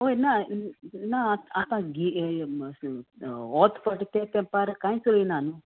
ओय ना ना आतां होच फावट ते तेंपार कांयच उलयना न्हू